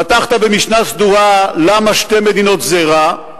פתחת במשנה סדורה למה שתי מדינות זה רע.